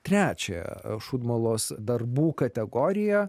trečią šūdmalos darbų kategoriją